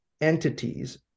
entities